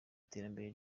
iterambere